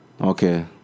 Okay